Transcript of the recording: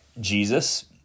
Jesus